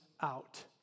out